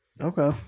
Okay